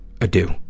adieu